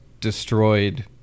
destroyed